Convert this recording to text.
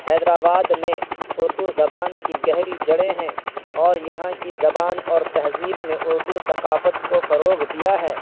حیدر آباد میں اردو زبان کی گہری جڑیں ہیں اور یہاں کی زبان اور تہذیب نے اردو ثقافت کو فروغ دیا ہے